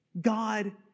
God